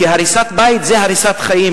כי הריסת בית זה הריסת חיים,